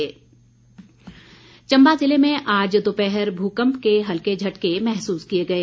भुकम्प चम्बा ज़िले में आज दोपहर भूकम्प के हल्के झटके महसूस किए गए